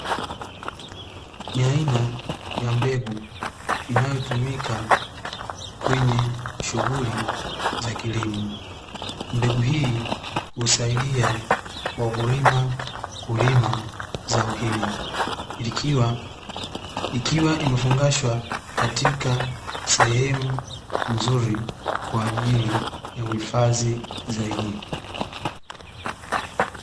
Ni aina ya mbegu inayotumika kwenye shughuli za kilimo, mbegu hii husaidia wakulima kulima zao hili, ikiwa imefungashwa katika sehemu nzuri kwa ajili ya uhifadhi zaidi.